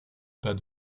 pas